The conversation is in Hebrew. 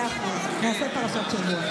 מאה אחוז, נעשה פרשת שבוע.